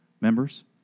members